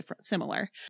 similar